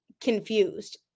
confused